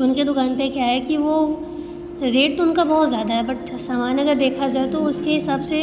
उनके दुकान पर क्या है कि वो रेट तो उनका बहुत ज़्यादा है बट सामान अगर देखा जाए तो उसके हिसाब से